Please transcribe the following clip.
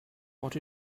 what